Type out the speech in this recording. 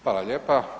Hvala lijepa.